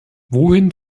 wohin